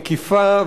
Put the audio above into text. מקיפה,